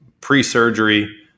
pre-surgery